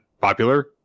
popular